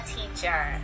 Teacher